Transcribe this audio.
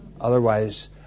otherwise